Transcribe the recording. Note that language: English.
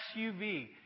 SUV